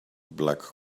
black